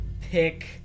pick